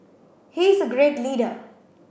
he is a great leader